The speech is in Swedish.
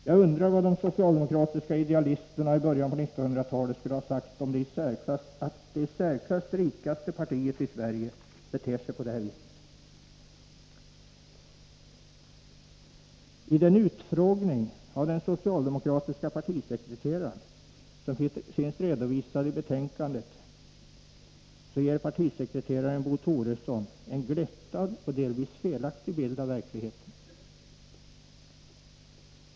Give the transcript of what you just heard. Jag undrar vad de socialdemokratiska idealisterna från början av 1900-talet skulle säga om att det i särsklass rikaste partiet i Sverige beter sig så. I den utfrågning av den socialdemokratiska partisekreteraren som finns redovisad i betänkandet ger partisekreteraren Bo Toresson en glättad och delvis felaktig bild av verkligheten.